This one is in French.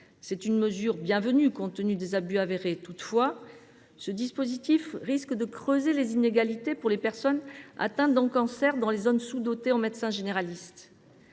C’est une mesure bienvenue, compte tenu des abus avérés. Toutefois, cela risque de creuser les inégalités pour les personnes atteintes de cancer dans les zones sous dotées en médecins généralistes.